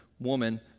woman